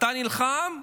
אתה נלחם,